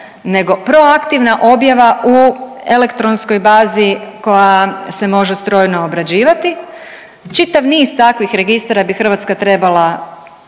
nego proaktivna objava u elektronskoj bazi koja se može strojno obrađivati, čitav niz takvih registara bi Hrvatska trebala